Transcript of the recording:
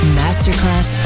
masterclass